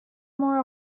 more